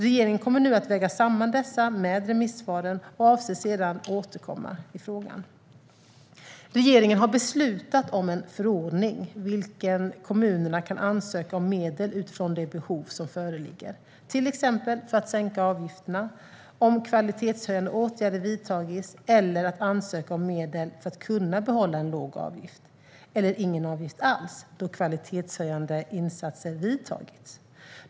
Regeringen kommer nu att väga samman dessa med remissvaren och avser sedan att återkomma i frågan. Regeringen har beslutat om en förordning enligt vilken kommunerna kan ansöka om medel utifrån de behov som föreligger, till exempel för att sänka avgifterna, om kvalitetshöjande åtgärder vidtagits, eller att ansöka om medel för att kunna behålla en låg avgift, eller ingen avgift alls, då kvalitetshöjande insatser vidtagits.